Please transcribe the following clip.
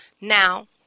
Now